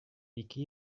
ике